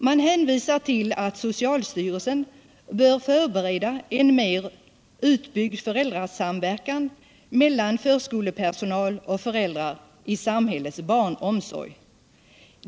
Man hänvisar till att socialstyrelsen bör förbereda en mer utbyggd föräldrasamverkan mellan förskolepersonal och föräldrar i samhällets barnomsorg.